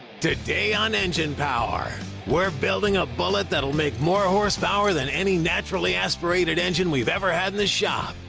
today on engine power we're building a bullet that'll make more horsepower than any naturally aspirated engine we've ever had in the shop.